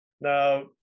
Now